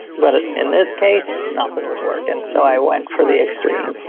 but in this case, nothing was working so i went for the extreme.